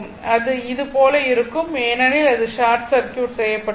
அது இது போல இருக்கும் ஏனெனில் அது ஷார்ட் சர்க்யூட் செய்யப்பட்டுள்ளது